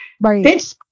right